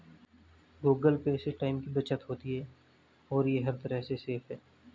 Google Pay से time की बचत होती है और ये हर तरह से सेफ है